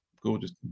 gorgeous